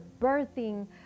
birthing